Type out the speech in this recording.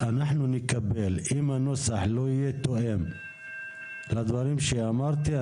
אם הנוסח לא יהיה תואם לדברים שאמרתי,